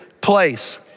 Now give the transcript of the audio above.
place